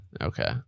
okay